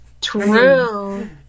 True